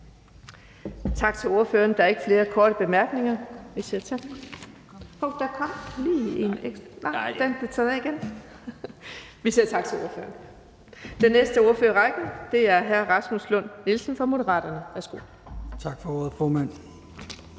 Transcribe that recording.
Tak for ordet, formand.